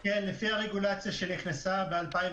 כן, לפי הרגולציה שנכנסה ב-2017.